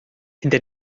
hinter